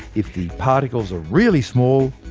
if the particles are really small,